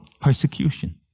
persecution